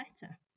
better